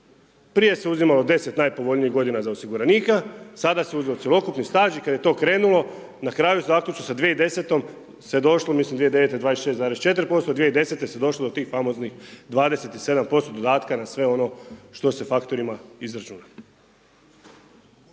Prije se uzimalo 10 najpovoljnijih godina za osiguranika, sada se uzima cjelokupni staž i kad je to krenulo, na kraju zaključno sa 2010. se došlo, mislim 2009. 26,4%, 2010. se došlo do tih famoznih 37% dodatka na sve ono što se faktorima izračuna.